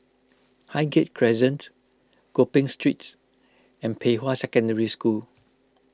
Highgate Crescent Gopeng Street and Pei Hwa Secondary School